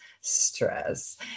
Stress